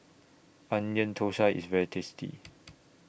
Onion Thosai IS very tasty